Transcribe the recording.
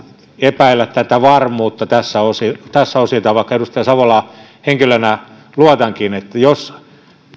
epäillä tätä varmuutta tältä osin vaikka edustaja savolaan henkilönä luotankin jos